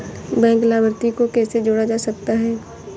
Bank लाभार्थी को कैसे जोड़ा जा सकता है?